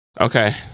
Okay